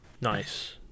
Nice